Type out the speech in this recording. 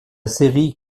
série